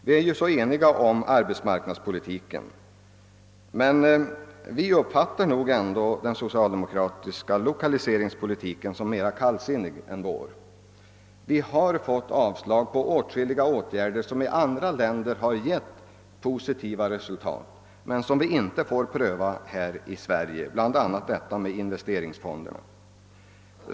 Stor enighet råder ju om arbetsmarknadspolitiken, men vi uppfattar nog ändå den socialdemokratiska lokaliseringspolitiken som mera kallsinnig än vår. Vi har fått avslag på åtskilliga förslag genom vilkas motsvarigheter man i andra länder nått positiva resultat men som vi alltså inte fått pröva här i Sverige. Det gäller bl.a. investeringsfonderna.